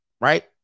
Right